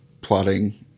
plotting